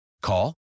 Call